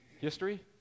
History